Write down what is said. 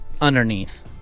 underneath